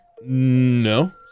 No